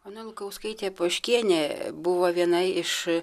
ona lukauskaitė poškienė buvo viena iš